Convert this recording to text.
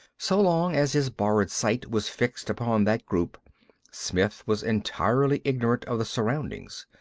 so long as his borrowed sight was fixed upon that group smith was entirely ignorant of the surroundings.